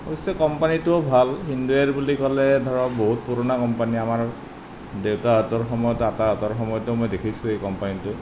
অৱশ্যে কোম্পানীটোও ভাল হিন্দৱেৰ বুলি ক'লে ধৰক বহুত পুৰণা কোম্পানী আমাৰ দেউতাহঁতৰ সময়ত আতাহঁতৰ সময়তো মই দেখিছোঁ এই কোম্পানীটো